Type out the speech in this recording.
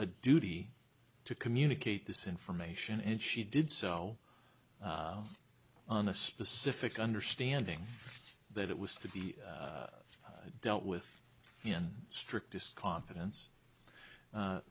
duty to communicate this information and she did so on a specific understanding that it was to be dealt with in strictest confidence